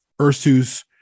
Ursus